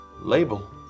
Label